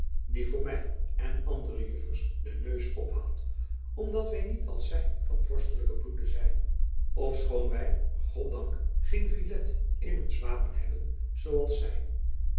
die voor my en andere juffers den neus ophaalt omdat wy niet als zy van vorstelijken bloede zijn ofschoon wy goddank geen filet in ons wapen hebben zoo als zy